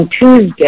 Tuesday